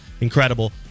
Incredible